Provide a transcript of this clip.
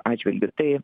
atžvilgiu tai